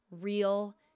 real